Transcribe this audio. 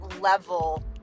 level